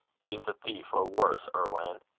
he is a thief, or worse, irwan.